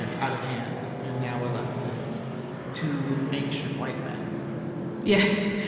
and out of hand. and now we're left with two ancient white men yes,